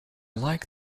like